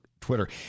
Twitter